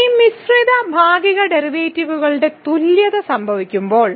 ഈ മിശ്രിത ഭാഗിക ഡെറിവേറ്റീവുകളുടെ തുല്യത സംഭവിക്കുമ്പോൾ